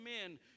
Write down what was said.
men